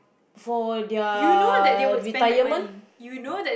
for their retirement